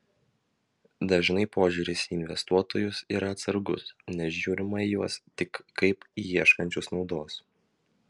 dažnai požiūris į investuotojus yra atsargus nes žiūrima į juos tik kaip į ieškančius naudos